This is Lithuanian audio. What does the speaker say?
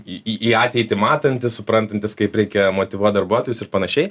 į į ateitį matantys suprantantys kaip reikia motyvuot darbuotojus ir panašiai